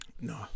No